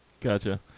Gotcha